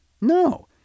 no